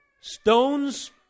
stones